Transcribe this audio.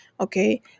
Okay